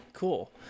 cool